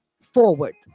forward